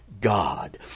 God